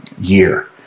year